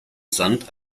sand